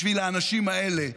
בשביל האנשים האלה,